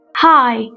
Hi